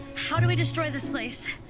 how do we destroy this place?